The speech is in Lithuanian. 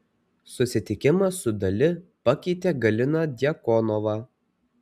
susitikimas su dali pakeitė galiną djakonovą